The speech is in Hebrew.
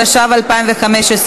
התשע"ו 2015,